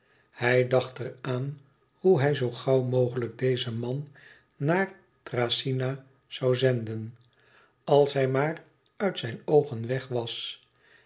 hij dacht er aan hoe hij zoo gauw mogelijk dezen man naar thracyna zoû zenden als hij maar uit zijn oogen weg was